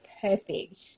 perfect